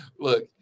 Look